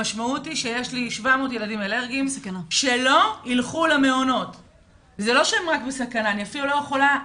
המשמעות היא שיש 700 ילדים אלרגיים שלא ילכו למעונות ויישארו בבית.